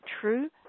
true